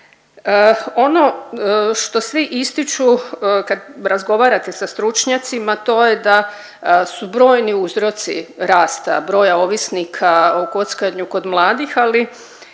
Ono što svi ističu kad razgovarate sa stručnjacima, to je da su brojni uzroci rasta broja ovisnika o kockanju kod mladih, ali